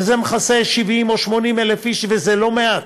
וזה מכסה 70,000 או 80,0000 איש, וזה לא מעט.